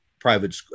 private